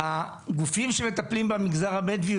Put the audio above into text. הגופים שמטפלים במגזר הבדואית,